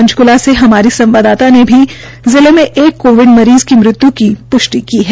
पंचक्ला से हमारी संवाददाता ने भी जिले में एक कोविड मरीज़ की मृत्यु की सूचना मिली है